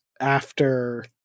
after-